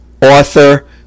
Author